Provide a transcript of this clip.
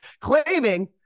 claiming